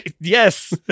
Yes